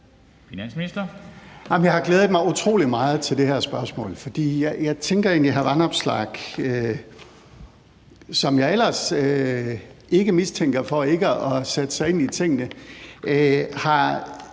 Jeg har glædet mig utrolig meget til det her spørgsmål, for jeg tænker egentlig, at hr. Alex Vanopslagh, som jeg ellers ikke mistænker for ikke at have sat sig ind i tingene, i